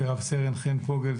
ורס"ן חן פוגל,